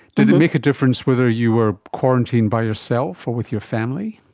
did it make a difference whether you were quarantined by yourself or with your family?